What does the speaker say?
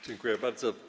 Dziękuję bardzo.